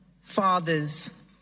fathers